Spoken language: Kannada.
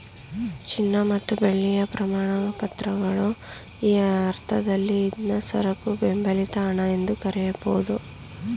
ಚಿನ್ನ ಮತ್ತು ಬೆಳ್ಳಿಯ ಪ್ರಮಾಣಪತ್ರಗಳು ಈ ಅರ್ಥದಲ್ಲಿ ಇದ್ನಾ ಸರಕು ಬೆಂಬಲಿತ ಹಣ ಎಂದು ಕರೆಯಬಹುದು